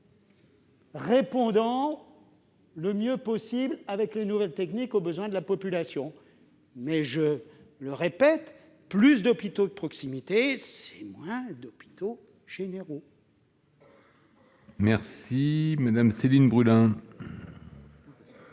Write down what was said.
répondre le mieux possible, à l'aide des nouvelles techniques, aux besoins de la population. Mais, je le répète, plus d'hôpitaux de proximité, c'est moins d'hôpitaux généraux ! La parole est à Mme Céline Brulin,